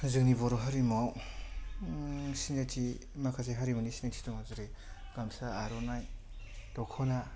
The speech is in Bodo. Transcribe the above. जोंनि बर' हारिमुआव सिनायथि माखासे हारिमुनि सिनायथि दङ जेरै गामसा आरनाइ दख'ना